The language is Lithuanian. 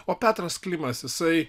o petras klimas jisai